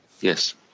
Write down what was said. Yes